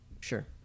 Sure